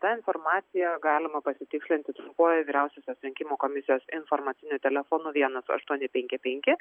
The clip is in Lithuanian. tą informaciją galima pasitikslinti trumpuoju vyriausiosios rinkimų komisijos informaciniu telefonu vienas aštuoni penki penki